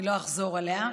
אני לא אחזור עליה,